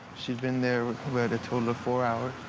she'd been there, what, a total of four hours.